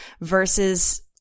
versus